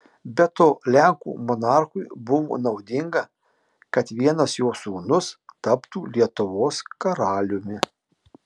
be to lenkų monarchui buvo naudinga kad vienas jo sūnus taptų lietuvos karaliumi